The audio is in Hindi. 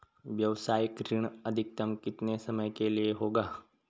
व्यावसायिक ऋण अधिकतम कितने समय के लिए होगा?